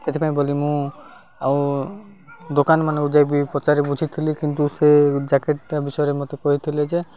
ସେଥିପାଇଁ ବୋଲି ମୁଁ ଆଉ ଦୋକାନ ମାନଙ୍କୁ ଯାଇକି ପଚାରି ବୁଝିଥିଲି କିନ୍ତୁ ସେ ଜ୍ୟାକେଟଟା ବିଷୟରେ ମୋତେ କହିଥିଲେ ଯେ